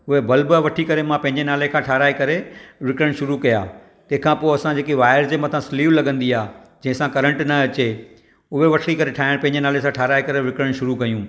उहे बल्ब वठी करे मां पहिंजे नाले खां ठहाराइ करे विकिरण शुरू कयां तंहिंखां पोइ असां जेकी वायर जे मथां स्लीव लॻंदी आ जंहिंसां करंट न अचे उहे वठी करे ठाहिण पंहिंजे नाले सां ठहाराइ करे विकिरण शुरू कयूं